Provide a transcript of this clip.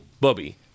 Bobby